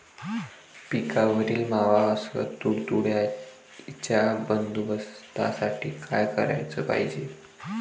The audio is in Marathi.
पिकावरील मावा अस तुडतुड्याइच्या बंदोबस्तासाठी का कराच पायजे?